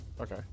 Okay